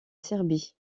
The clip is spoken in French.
serbie